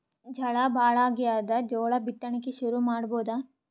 ಝಳಾ ಭಾಳಾಗ್ಯಾದ, ಜೋಳ ಬಿತ್ತಣಿಕಿ ಶುರು ಮಾಡಬೋದ?